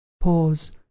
Pause